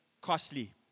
costly